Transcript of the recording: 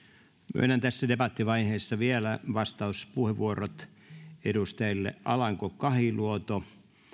myönnän tässä debattivaiheessa vielä vastauspuheenvuorot edustaja alanko kahiluodolle